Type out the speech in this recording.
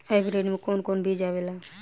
Hybrid में कोवन कोवन बीज आवेला?